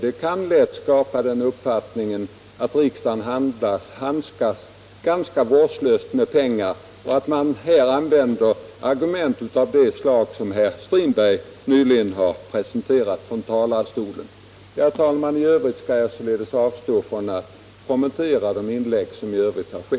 Det kan lätt skapa den uppfattningen att riksdagen handskas ganska vårdslöst med pengar när man använder argument av det slag som herr Strindberg nyligen har presenterat från talarstolen. Herr talman! I övrigt skall jag avstå från att kommentera tidigare inlägg.